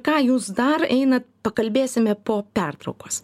ką jūs dar einat pakalbėsime po pertraukos